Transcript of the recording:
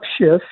shift